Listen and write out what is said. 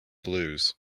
blues